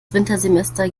wintersemester